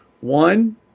One